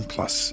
Plus